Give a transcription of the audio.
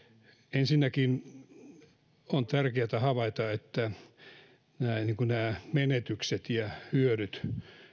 ensinnäkin on tärkeätä havaita että nämä menetykset ja hyödyt